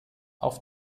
auf